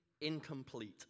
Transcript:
incomplete